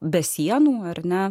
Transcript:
be sienų ar ne